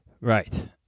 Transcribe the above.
right